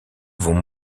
vont